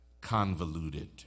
convoluted